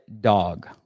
dog